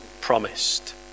promised